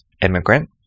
immigrant